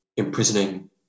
Imprisoning